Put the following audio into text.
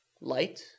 light